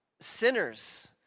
sinners